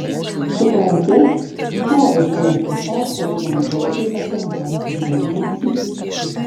supranti stoviu šalia tipo kuris man klaikiai patinka ir nė cypt